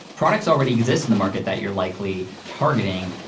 products already exist in the market that you're likely targeting,